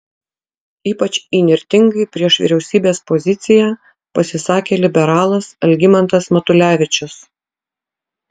ypač įnirtingai prieš vyriausybės poziciją pasisakė liberalas algimantas matulevičius